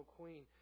queen